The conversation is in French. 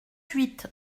huit